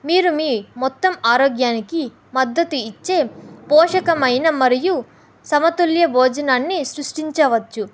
మీరు మీ మొత్తం ఆరోగ్యానికి మద్దతు ఇచ్చే పోషకమైన మరియు సమతుల్య భోజనాన్ని సృష్టించవచ్చు